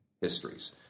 Histories